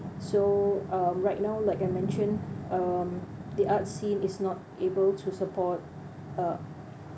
so um right now like I mention um the art scene is not able to support uh